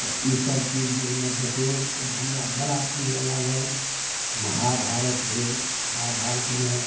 तऽ ईसब चीज जे ओहिमे देखलहुँ तऽ हमरा बड़ा प्रिय लागल महाभारत भेल महाभारतमे